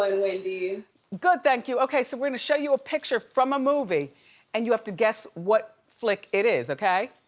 i mean good, thank you. okay, so we're gonna show you a picture from a movie and you have to guess what flick it is, okay?